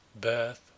birth